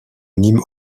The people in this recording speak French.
nîmes